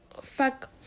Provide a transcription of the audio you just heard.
fuck